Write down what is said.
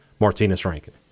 Martinez-Rankin